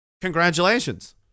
Congratulations